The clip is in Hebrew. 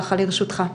ברשותך.